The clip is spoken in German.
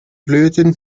blüten